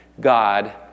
God